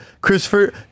Christopher